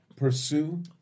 Pursue